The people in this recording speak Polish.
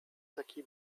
taki